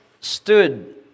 stood